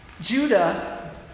Judah